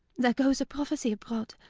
there goes a prophesy abroad,